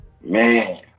Man